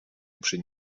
przy